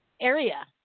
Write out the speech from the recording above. Area